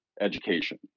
education